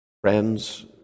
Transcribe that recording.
friends